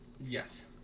Yes